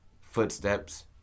footsteps